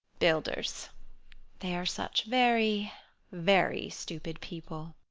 builders they are such very very stupid people.